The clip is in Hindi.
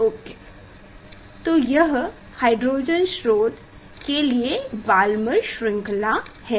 ओके तो यह हाइड्रोजन स्रोत के लिए बाल्मर श्रृंखला है